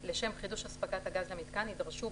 לשם חידוש הספקת הגז למיתקן יידרשו,